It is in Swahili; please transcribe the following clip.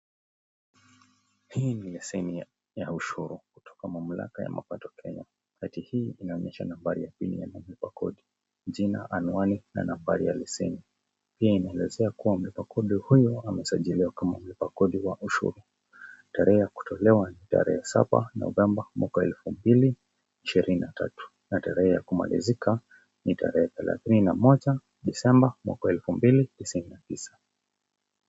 Hii ni leseni ya ushuru kutoka mamlaka ya mapato Kenya , wakati hii inaonyesha nambari ya simu ya anaye lipa kodi, jina, anwani na nambari ya leseni , pia inaelezea kuwa mlipa kodi huyo amesajiliwa kama mlipa kodi wa ushuru tarehe ya kutolowa ni tarehe saba Novemba mwaka elfu mbili ishirini na tatu, na tarehe ya kumalizika ni tarehe thalathini na moja Disemba mwaka elfu mbili ishirini na tisa.